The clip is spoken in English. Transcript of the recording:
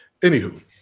Anywho